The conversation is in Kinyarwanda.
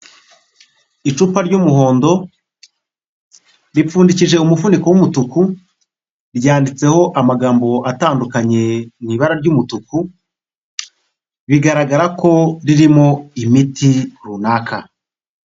Icupa ry'umuhondo, ripfundikije umufuniko w'umutuku, ryanditseho amagambo atandukanye mu ibara ry'umutuku, bigaragara ko ririmo imiti runaka.